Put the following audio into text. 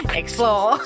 explore